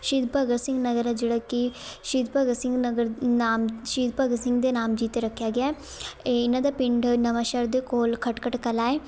ਸ਼ਹੀਦ ਭਗਤ ਸਿੰਘ ਨਗਰ ਆ ਜਿਹੜਾ ਕਿ ਸ਼ਹੀਦ ਭਗਤ ਸਿੰਘ ਨਗਰ ਨਾਮ ਸ਼ਹੀਦ ਭਗਤ ਸਿੰਘ ਦੇ ਨਾਮ ਜੀ 'ਤੇ ਰੱਖਿਆ ਗਿਆ ਹੈ ਇਹ ਇਹਨਾਂ ਦਾ ਪਿੰਡ ਨਵਾਂ ਸ਼ਹਿਰ ਦੇ ਕੋਲ ਖਟਕਟ ਕਲਾਂ ਏ